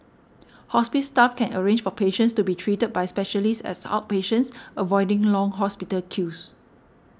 hospice staff can arrange for patients to be treated by specialists as outpatients avoiding long hospital queues